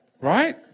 right